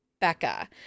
Becca